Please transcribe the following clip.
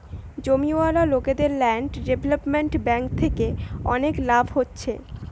জমিওয়ালা লোকদের land development bank থিকে অনেক লাভ হচ্ছে